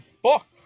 book